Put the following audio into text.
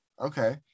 Okay